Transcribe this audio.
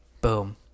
boom